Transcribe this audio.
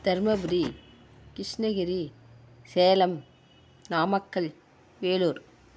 Dharmapuri Krishnagiri Salem Namakkal Vellore